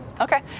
Okay